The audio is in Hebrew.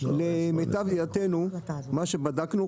למיטב ידיעתנו מה שבדקנו,